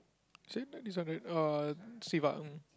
right this one uh Siva mm